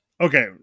Okay